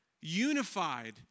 Unified